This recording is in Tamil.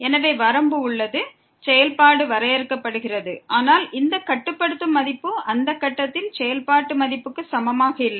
எனவே வரம்பு உள்ளது செயல்பாடு வரையறுக்கப்படுகிறது ஆனால் இந்த கட்டுப்படுத்தும் மதிப்பு அந்த கட்டத்தில் செயல்பாட்டு மதிப்புக்கு சமமாக இல்லை